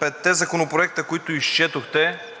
петте законопроекта, които изчетохте